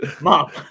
Mom